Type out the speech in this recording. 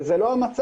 וזה לא המצב,